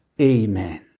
Amen